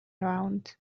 around